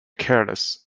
careless